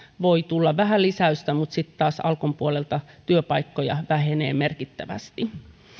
voi tulla vähän lisäystä mutta sitten taas alkon puolelta työpaikkoja vähenee merkittävästi